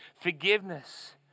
forgiveness